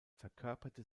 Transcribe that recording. verkörperte